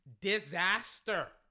disaster